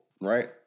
Right